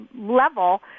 level